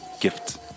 gift